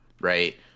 right